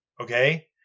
Okay